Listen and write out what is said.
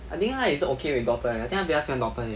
I think 她也是 okay with daughter eh I think 她比较喜欢 daughter eh